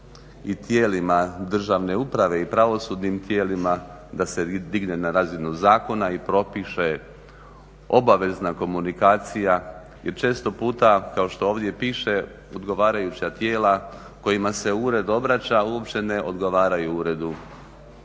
i tijelima državne uprave i pravosudnim tijelima da se digne na razinu zakona i propiše obavezna komunikacija jer često puta kao što ovdje piše odgovarajuća tijela kojima se ured obraća uopće ne odgovaraju uredu